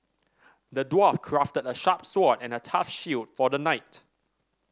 the dwarf crafted a sharp sword and a tough shield for the knight